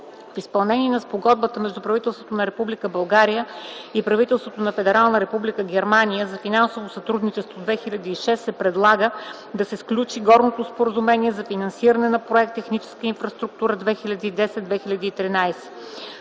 изпълнение на Спогодбата между правителството на Република България и правителството на Федерална република Германия за финансово сътрудничество (2006) се предлага да се сключи горното споразумение за финансиране на проект “Техническа инфраструктура 2010-2013”.